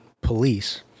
police